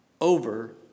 over